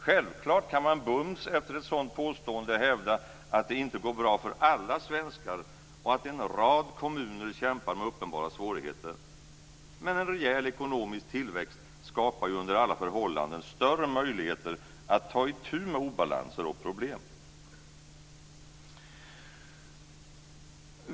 Självfallet kan man bums efter ett sådant påstående hävda att det inte går bra för alla svenskar och att en rad kommuner kämpar med uppenbara svårigheter. Men en rejäl ekonomisk tillväxt skapar ju under alla förhållanden större möjligheter att ta itu med obalanser och problem.